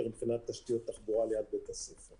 מבחינת תשתיות תחבורה ליד בית הספר.